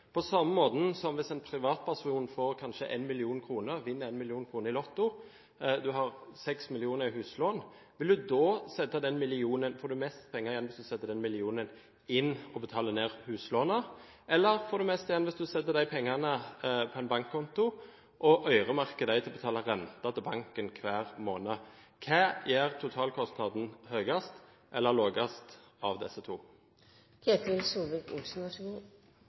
På samme måten som hvis en privatperson vinner 1 mill. kr i lotto, og har 6 mill. kr i huslån, får man da mest penger igjen hvis man setter inn den millionen og betaler ned huslånet, eller får man mest igjen hvis man setter pengene på en bankkonto og øremerker dem til å betale renter til banken hver måned? Hva gjør totalkostnaden høyest eller lavest av disse